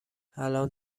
الان